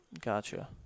Gotcha